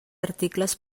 articles